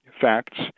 facts